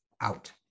out